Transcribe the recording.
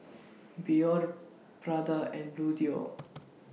Biore Prada and Bluedio